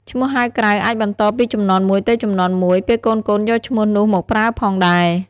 ឈ្មោះហៅក្រៅអាចបន្តពីជំនាន់មួយទៅជំនាន់មួយ ពេលកូនៗយកឈ្មោះនោះមកប្រើផងដែរ។